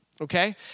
Okay